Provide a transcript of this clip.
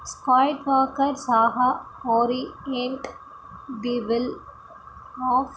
स्पाय्ड् walkers oriet the will of